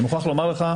אני מוכרח לומר לך,